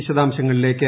വിശദാംശങ്ങളിലേക്ക്